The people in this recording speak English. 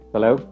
Hello